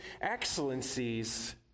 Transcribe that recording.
excellencies